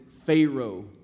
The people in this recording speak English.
Pharaoh